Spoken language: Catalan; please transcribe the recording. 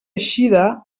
eixida